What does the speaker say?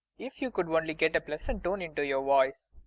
if you could only get a pleasant tone into your voice.